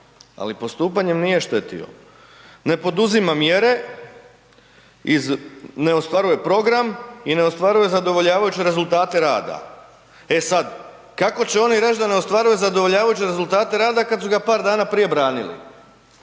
ali postupanjem nije štetio. Ne poduzima mjere, ne ostvaruje program i ne ostvaruje zadovoljavajuće rezultate rada. E sad, kako će oni reći da ne ostvaruje zadovoljavajuće rezultate rada kada su ga par dana prije branili?